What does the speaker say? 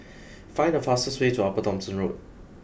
find the fastest way to Upper Thomson Road